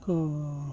ᱠᱚ